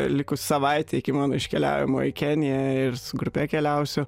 likus savaitei iki mano iškeliavimo į keniją ir su grupe keliausiu